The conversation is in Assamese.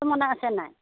মনত আছে নাই